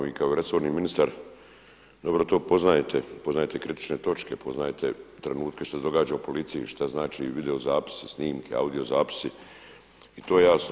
Vi kao resorni ministar dobro to poznajete, poznajete kritične točke, poznajete trenutke što se događa u policiji, šta znači vidozapis, snimke, audio zapisi i to je jasno.